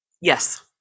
Yes